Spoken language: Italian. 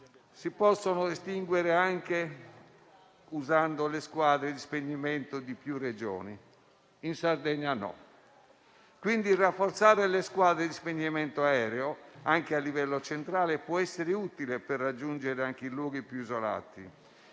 si possono infatti estinguere anche usando le squadre di spegnimento di più Regioni, ma in Sardegna no. Rafforzare quindi le squadre di spegnimento aereo anche a livello centrale può essere utile per raggiungere pure i luoghi più isolati;